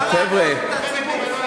לא עבר, חבל להטעות את הציבור.